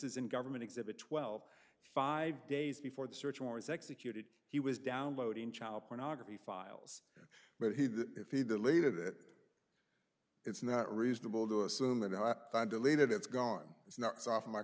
is in government exhibit twelve five days before the search warrants executed he was downloading child pornography files but he that if he deleted it it's not reasonable to assume that i deleted it's gone it's not so off my